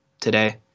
today